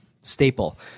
staple